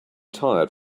tired